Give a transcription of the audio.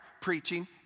preaching